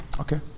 Okay